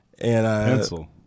Pencil